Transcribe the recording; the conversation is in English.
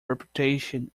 reputation